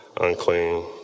unclean